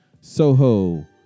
Soho